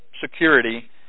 security